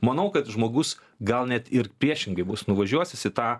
manau kad žmogus gal net ir priešingai bus nuvažiuos jis į tą